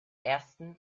ersten